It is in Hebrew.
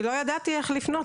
כי לא ידעתי איך לפנות.